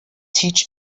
teach